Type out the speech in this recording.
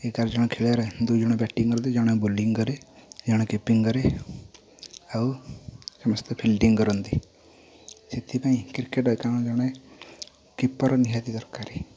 ଏଗାର ଜଣ ଖେଳାଳିରେ ଦୁଇ ଜଣ ବ୍ୟାଟିଙ୍ଗ କରନ୍ତି ଜଣେ ଜଣେ ବୋଲିଙ୍ଗ କରନ୍ତି ଜଣେ କିପିଙ୍ଗି କରେ ଆଉ ସମସ୍ତେ ଫିଲ୍ଡିଙ୍ଗ୍ କରନ୍ତି ସେଥିପାଇଁ କ୍ରିକେଟ ଜଣେ କିପର ନିହାତି ଦରକାର